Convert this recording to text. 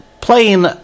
playing